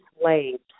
slaves